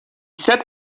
said